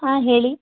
ಹಾಂ ಹೇಳಿ